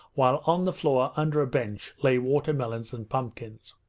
while on the floor, under a bench, lay watermelons and pumpkins.